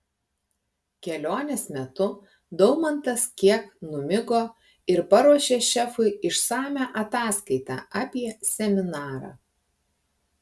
kelionės metu daumantas kiek numigo ir paruošė šefui išsamią ataskaitą apie seminarą